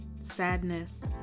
sadness